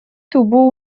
tuvo